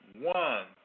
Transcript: one